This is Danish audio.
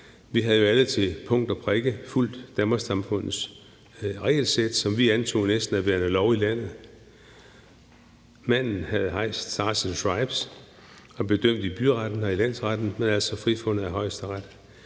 Vi havde jo alle til punkt og prikke fulgt Danmarks-Samfundets regelsæt, som vi næsten antog som værende lov i landet. En mand havde hejst Stars and Stripes og blev dømt i byretten og i landsretten, men altså frifundet af Højesteret.